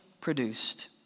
produced